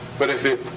but if it.